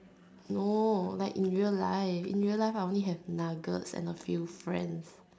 no like in real life in real life I only have nuggets and a few friends